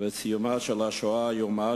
ואת סיומה של השואה האיומה